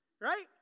Right